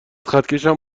خطکشم